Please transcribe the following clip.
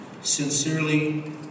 Sincerely